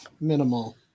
minimal